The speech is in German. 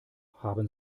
haben